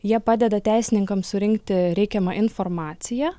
jie padeda teisininkams surinkti reikiamą informaciją